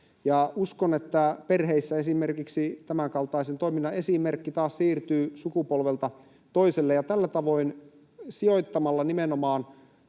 Uskon, että esimerkiksi perheissä tämänkaltaisen toiminnan esimerkki taas siirtyy sukupolvelta toiselle, ja tällä tavoin sijoittamalla — nimenomaan